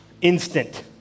instant